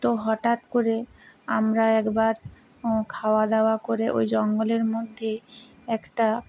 তো হটাৎ করে আমরা একবার খাওয়া দাওয়া করে ওই জঙ্গলের মধ্যে একটা